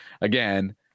again